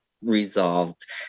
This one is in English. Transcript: resolved